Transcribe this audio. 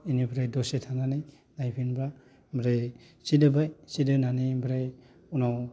बेनिफ्राय दसे थानानै नायफिनबा ओमफ्राय सिट होबाय सिट होनानै ओमफ्राय उनाव